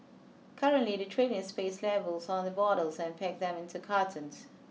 currently the trainees paste labels on the bottles and pack them into cartons